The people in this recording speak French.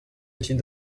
utile